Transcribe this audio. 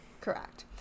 Correct